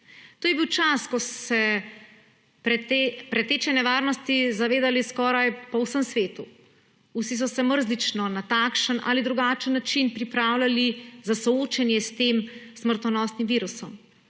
To je bil čas, ko so se preteče nevarnosti zavedali skoraj po vsem svetu. Vsi so se mrzlično na takšen ali drugačen način pripravljali za soočenje s tem smrtonosnim virusom.